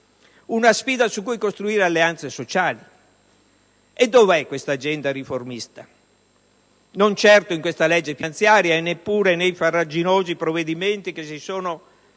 una sfida su cui costruire alleanze sociali. Dov'è questa agenda riformista ? Non certo in questa legge finanziaria e neppure nei farraginosi provvedimenti che si sono